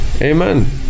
Amen